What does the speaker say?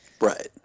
Right